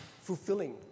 fulfilling